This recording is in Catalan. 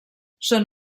són